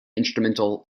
instrumental